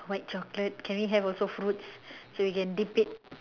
white chocolate can we have also fruits so we can dip it